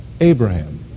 Abraham